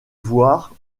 voir